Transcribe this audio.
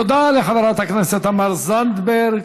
תודה לחברת הכנסת תמר זנדברג.